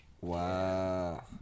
Wow